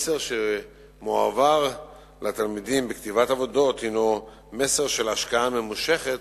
המסר שמועבר לתלמידים בכתיבת עבודות הוא מסר של השקעה ממושכת